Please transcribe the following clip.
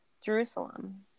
Jerusalem